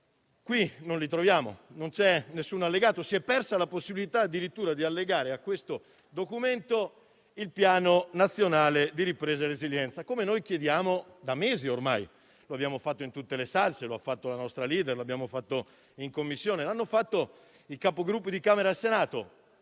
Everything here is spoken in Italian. qui non li troviamo, non c'è alcun allegato, si è persa la possibilità addirittura di allegare a questo Documento il Piano nazionale di ripresa e resilienza, come noi chiediamo da mesi ormai. Lo abbiamo fatto in tutti i modi, lo ha fatto la nostra *leader*, lo abbiamo fatto in Commissione, l'hanno fatto i Capigruppo alla Camera e al Senato,